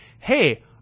hey